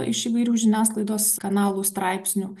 iš įvairių žiniasklaidos kanalų straipsnių